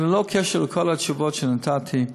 אבל ללא קשר לכל התשובות שנתתי,